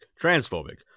transphobic